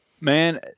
Man